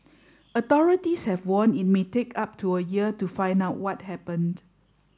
authorities have warned it may take up to a year to find out what happened